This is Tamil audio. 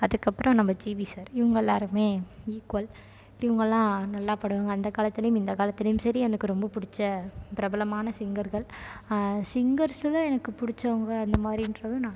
அதுக்கப்புறம் நம்ம ஜி வி சார் இவங்கெல்லோருமே ஈக்குவல் இவங்கெல்லாம் நல்லா பாடுவாங்க அந்தக் காலத்துலேயும் இந்தக் காலத்துலேயும் சரி எனக்கு ரொம்ப பிடிச்ச பிரபலமான சிங்கர்கள் சிங்கர்ஸில் எனக்கு பிடிச்சவங்க அந்த மாதிரின்றதும் நான்